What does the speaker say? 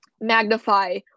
magnify